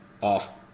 off